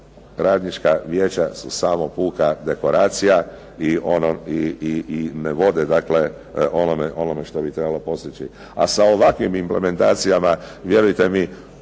radnička vijeća su samo puka dekoracija i ne vode onome što bi trebalo postići. A sa ovakvim implementacijama vjerujte mi